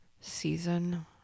season